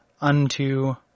Unto